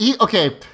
Okay